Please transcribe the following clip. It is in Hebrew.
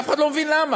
אף אחד לא מבין למה,